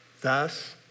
Thus